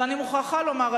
ואני מוכרחה לומר,